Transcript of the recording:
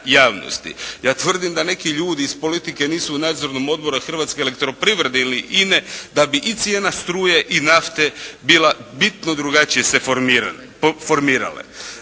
Ja tvrdim da neki ljudi iz politike nisu u nadzornom odboru hrvatske elektroprivrede ili INA-e da bi i cijena struje i nafte bila bitno drugačije se formirale.